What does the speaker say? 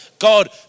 God